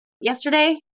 yesterday